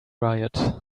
riot